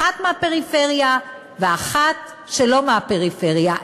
אחת מהפריפריה ואחת שלא מהפריפריה,